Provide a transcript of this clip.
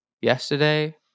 yesterday